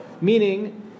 meaning